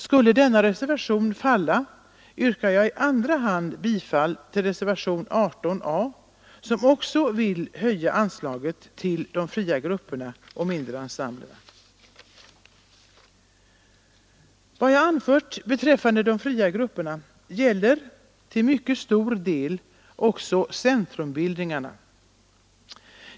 Skulle denna reservation falla, yrkar jag i andra hand bifall till reservationen 18 a, som också vill höja anslaget till de fria grupperna och de mindre ensemblerna. Vad jag anfört beträffande de fria grupperna gäller till mycket stor del också centrumbildningarna.